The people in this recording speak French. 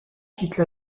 quittent